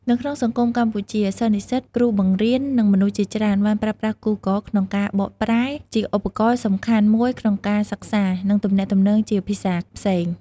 នៅក្នុងសង្គមកម្ពុជា សិស្សនិស្សិត គ្រូបង្រៀន និងមនុស្សជាច្រើន បានប្រើប្រាស់ Googleក្នុងការបកប្រែ ជាឧបករណ៍សំខាន់មួយក្នុងការសិក្សា និងទំនាក់ទំនងជាភាសាផ្សេង។